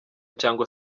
cyangwa